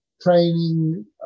training